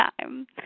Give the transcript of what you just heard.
time